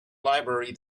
library